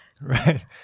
right